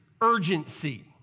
urgency